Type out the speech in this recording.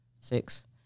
six